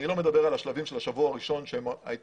אני לא מדבר על השלבים של השבוע הראשון כאשר הייתה